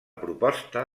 proposta